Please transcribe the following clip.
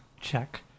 check